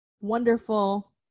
wonderful